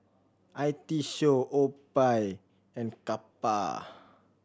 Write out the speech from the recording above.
I T Show OPI and Kappa